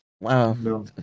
Wow